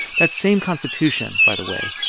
that same constitution, by the way,